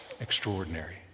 extraordinary